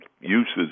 uses